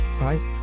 right